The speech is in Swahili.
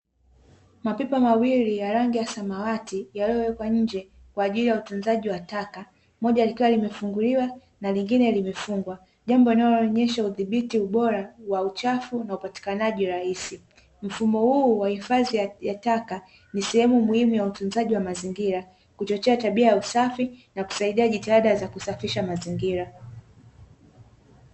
Mapipa mawili ya rangi ya samawati yaliyowekwa nje kwa ajili ya utunzaji wa taka, moja likiwa limefunguliwa na lingine limefungwa jambo linaloonyesha udhibiti ubora wa uchafu na upatikanaji rahisi, mfumo huu wa hifadhi ya taka ni sehemu muhimu ya utunzaji wa mazingira, kuchochea tabia ya usafi na kusaidia jitihada za kusafisha mazingira.